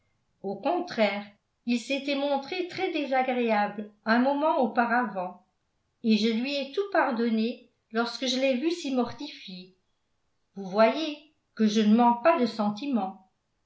au contraire il s'était montré très désagréable un moment auparavant et je lui ai tout pardonné lorsque je l'ai vu si mortifié vous voyez que je ne manque pas de sentiment